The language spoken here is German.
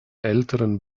älteren